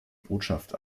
botschaft